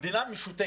המדינה משותקת.